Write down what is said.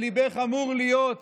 שליבך אמור להיות